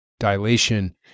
dilation